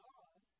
God